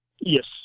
Yes